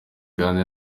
kandi